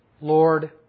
Lord